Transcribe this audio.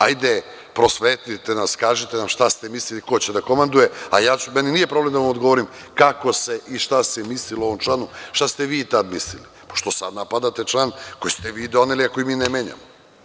Hajde, prosvetlite nas, kažite nam šta ste mislili, ko će da komanduje, a meni nije problem da vam odgovorim kako se i šta se mislilo u ovom članu, šta ste vi tada mislili, pošto sad napadate član koji ste vi doneli, a koji mi ne menjamo.